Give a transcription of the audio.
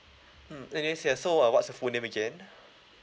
mm and yes yes so uh what's your full name again